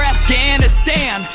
Afghanistan